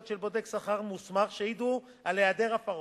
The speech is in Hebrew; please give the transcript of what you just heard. של בודק שכר מוסמך שהעידו על היעדר הפרות,